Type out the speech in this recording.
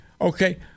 okay